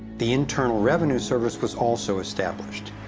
the internal revenue service was also established.